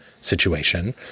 situation